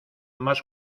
más